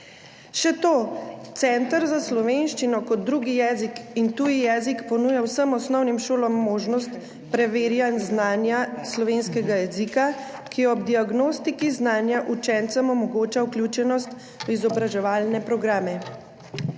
Še to, Center za slovenščino kot drugi in tuji jezik ponuja vsem osnovnim šolam možnost preverjanja znanja slovenskega jezika, ki ob diagnostiki znanja učencem omogoča vključenost v izobraževalne programe.